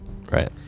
Right